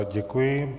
Děkuji.